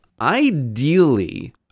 Ideally